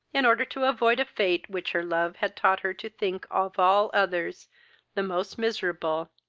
in order to avoid a fate which her love had taught her to think of all others the most miserable,